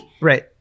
Right